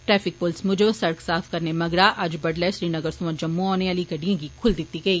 traffic पुलस मुजब सड़क साफ करने मगरां अज्ज बड्डलै श्रीनगर सोयां जम्मू औने आलियां गड्डिएं गी खुल्ल दिती गेई